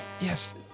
Yes